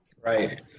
Right